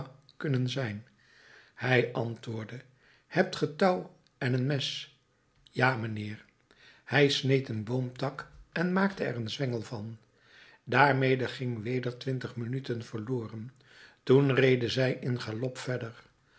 kunnen zijn hij antwoordde hebt ge touw en een mes ja mijnheer hij sneed een boomtak en maakte er een zwengel van daarmede gingen weder twintig minuten verloren toen reden zij in galop verder